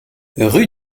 rue